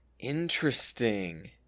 Interesting